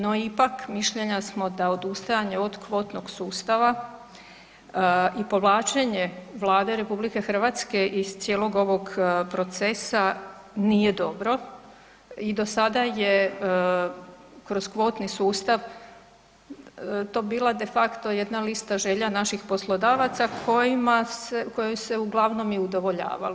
No ipak mišljenja smo da odustajanje od kvotnog sustava i povlačenje Vlade RH iz cijelog ovog procesa, nije dobro i do sada je kroz kvotni sustav to bila de facto jedna lista želja naših poslodavaca kojoj se uglavnom i udovoljavalo.